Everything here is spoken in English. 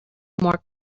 more